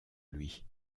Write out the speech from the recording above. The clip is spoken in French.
lui